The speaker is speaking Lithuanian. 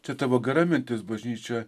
čia tavo gera mintis bažnyčia